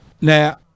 Now